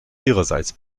ihrerseits